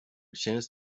chance